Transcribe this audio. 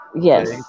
Yes